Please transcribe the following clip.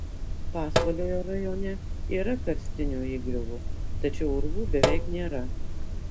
pasvalio rajone yra karstinių įgriuvų tačiau urvų beveik nėra